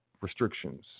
restrictions